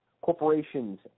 corporations